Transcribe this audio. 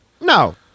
No